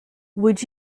would